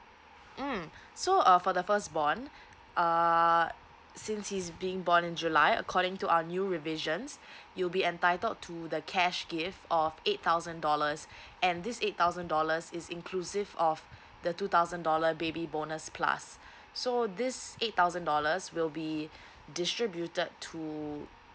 mm so uh for the firstborn uh since he's being born in july according to our new revisions you'll be entitled to the cash gift of eight thousand dollars and this eight thousand dollars is inclusive of the two thousand dollar baby bonus plus so this eight thousand dollars will be distributed to